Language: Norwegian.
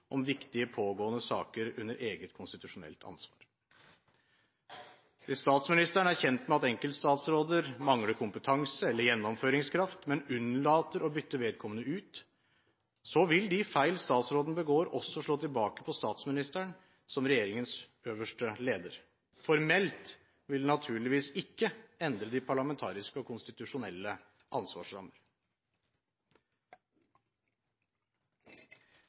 om viktige pågående saker under eget konstitusjonelt ansvar. Hvis statsministeren er kjent med at enkeltstatsråder mangler kompetanse eller gjennomføringskraft, men unnlater å bytte vedkommende ut, vil de feilene statsråden begår, også slå tilbake på statsministeren, som regjeringens øverste leder. Formelt vil det naturligvis ikke endre de parlamentariske og konstitusjonelle ansvarsrammer.